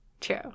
true